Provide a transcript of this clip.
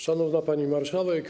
Szanowna Pani Marszałek!